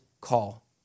call